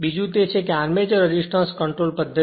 બીજું તે છે કે આર્મચર રેઝિસ્ટર કંટ્રોલ પદ્ધતિ